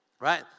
right